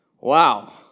Wow